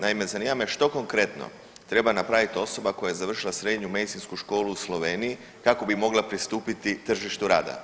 Naime, zanima me što konkretno treba napravit osoba koja je završila Srednju medicinsku školu u Sloveniji kako bi mogla pristupiti tržištu rada.